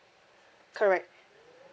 correct